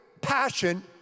passion